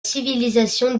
civilisation